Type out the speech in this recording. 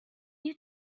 you